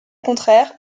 contraire